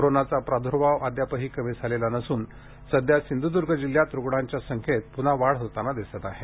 कोरोनाचा प्रादुर्भाव अद्यापही कमी झालेला नसून सध्या सिंधूदर्ग जिल्ह्यात रुग्णांच्या संख्येत पून्हा वाढ होताना दिसत आहे